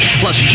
plus